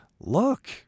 look